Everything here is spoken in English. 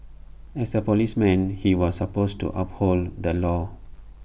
as A policeman he was supposed to uphold the law